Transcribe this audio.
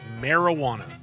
marijuana